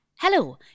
Hello